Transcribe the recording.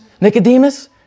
Nicodemus